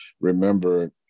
remember